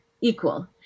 equal